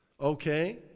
Okay